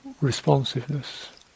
responsiveness